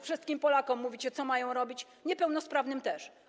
Wszystkim Polakom mówicie, co mają robić, niepełnosprawnym też.